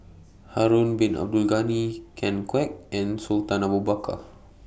Harun Bin Abdul Ghani Ken Kwek and Sultan Abu Bakar